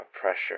pressure